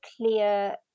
clear